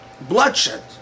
bloodshed